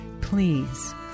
Please